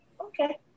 Okay